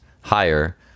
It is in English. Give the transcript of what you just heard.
higher